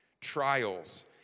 trials